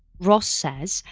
ross says,